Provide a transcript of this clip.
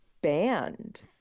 banned